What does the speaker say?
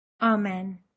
amen